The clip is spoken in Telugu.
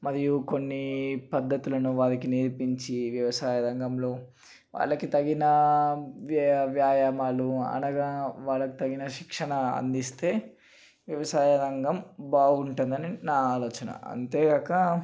మరియు కొన్ని పద్ధతులను వారికి నేర్పించి వ్యవసాయ రంగంలో వాళ్ళకి తగినా వ్యా వ్యాయామాలు అనగా వాళ్ళకి తగిన శిక్షణ అందిస్తే వ్యవసాయ రంగం బాగుంటుందని నా ఆలోచన అంతేగాక